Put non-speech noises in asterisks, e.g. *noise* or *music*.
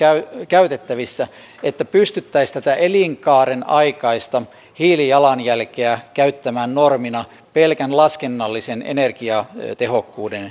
käytettävissä että pystyttäisiin tätä elinkaaren aikaista hiilijalanjälkeä käyttämään normina pelkän laskennallisen energiatehokkuuden *unintelligible*